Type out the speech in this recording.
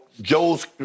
Joe's